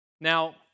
Now